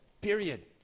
period